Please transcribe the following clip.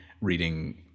reading